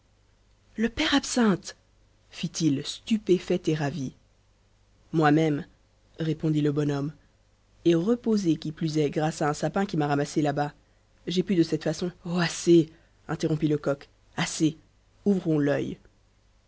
le père absinthe fit-il stupéfait et ravi moi-même répondit le bonhomme et reposé qui plus est grâce à un sapin qui m'a ramassé là-bas j'ai pu de cette façon oh assez interrompit lecoq assez ouvrons l'œil